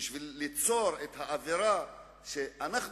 בשביל ליצור את האווירה שאנחנו,